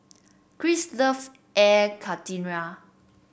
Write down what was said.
Chris loves Air Karthira